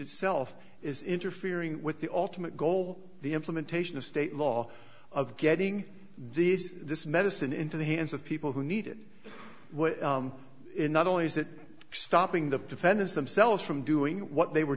itself is interfering with the ultimate goal the implementation of state law of getting these this medicine into the hands of people who need it not only is it stopping the defendants themselves from doing what they were